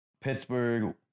Pittsburgh